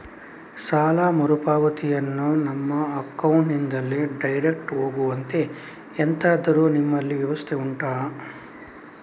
ಸಾಲ ಮರುಪಾವತಿಯನ್ನು ನಮ್ಮ ಅಕೌಂಟ್ ನಿಂದಲೇ ಡೈರೆಕ್ಟ್ ಹೋಗುವಂತೆ ಎಂತಾದರು ನಿಮ್ಮಲ್ಲಿ ವ್ಯವಸ್ಥೆ ಉಂಟಾ